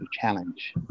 challenge